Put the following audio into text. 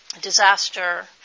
disaster